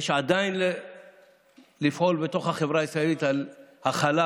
יש עדיין במה לפעול בתוך החברה הישראלית על הכלה,